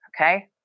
Okay